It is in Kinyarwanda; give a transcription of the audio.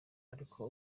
ariko